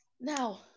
now